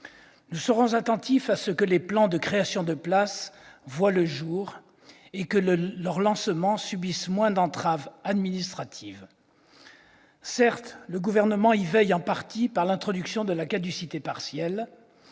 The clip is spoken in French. Nous serons attentifs à ce que les plans de création de places voient le jour et que leur lancement subisse moins d'entraves administratives. Certes, le Gouvernement y veille en partie par l'introduction de la caducité partielle,